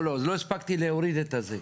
לא, לא, לא הספקתי להוריד את הצלצול.